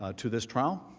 ah to this trial.